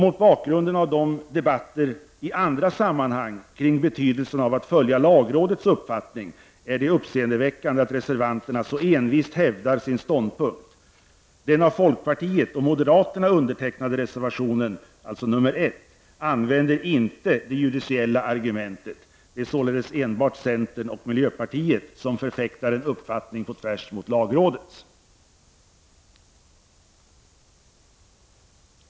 Mot bakgrund av de debatter som förts i andra sammanhang kring betydelsen av att följa lagrådets uppfattning, är det uppseendeväckande att reservanterna så envist hävdar sin ståndpunkt. Den av folkpartiet och moderaterna undertecknade reservation nr 1 använder inte det judiciella argumentet. Det är således endast centern och miljöpartiet som förfäktar en uppfattning på tvärs mot lagrådets.